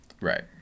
right